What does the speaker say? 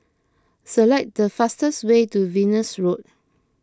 select the fastest way to Venus Road